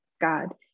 God